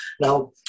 Now